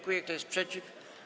Kto jest przeciw?